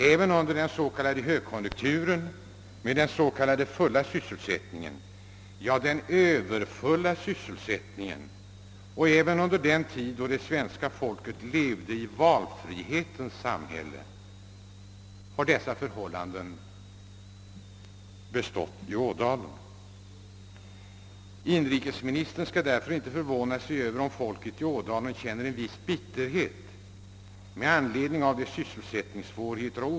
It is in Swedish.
Även under högkonjunkturen med den s.k. fulla sysselsättningen — ja, den överfulla sysselsättningen — och även under den tid då det svenska folket levde i valfrihetens samhälle har dessa förhållanden rått i Ådalen. Inrikesministern skall därför inte förvåna sig över om befolkningen där känner en viss bitterhet.